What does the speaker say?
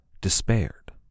despaired